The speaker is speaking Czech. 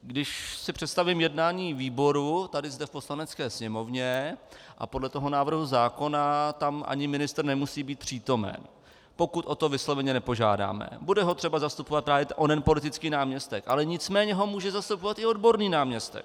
Když si představím jednání výboru tady v Poslanecké sněmovně a podle toho návrhu zákona tam ani ministr nemusí být přítomen, pokud o to vysloveně nepožádáme, bude ho třeba zastupovat právě onen politický náměstek, ale nicméně ho může zastupovat i odborný náměstek.